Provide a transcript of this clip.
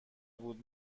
بود